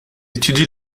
étudie